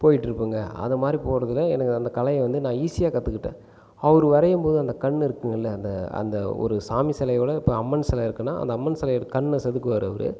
போய்கிட்டு இருப்பேங்க அது மாதிரி போகிறதுல எனக்கு அந்த கலையை வந்து நான் ஈஸியாக கற்றுக்கிட்டேன் அவர் வரையும் போது அந்த கண் இருக்குங்குல்லே அந்த அந்த ஒரு சாமி சிலையோட அம்மன் சிலை இருக்குன்னால் அந்த அம்மன் சிலையோட கண்ணை செதுக்குவார் அவர்